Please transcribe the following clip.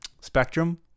spectrum